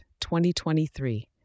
2023